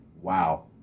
Wow